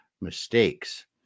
mistakes